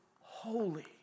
holy